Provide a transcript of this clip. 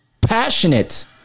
passionate